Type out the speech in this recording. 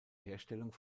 herstellung